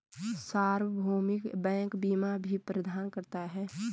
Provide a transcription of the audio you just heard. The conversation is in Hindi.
सार्वभौमिक बैंक बीमा भी प्रदान करता है